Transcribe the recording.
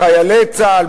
בחיילי צה"ל,